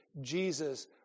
Jesus